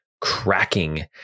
cracking